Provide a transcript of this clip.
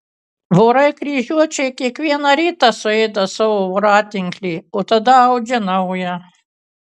vorai kryžiuočiai kiekvieną rytą suėda savo voratinklį o tada audžia naują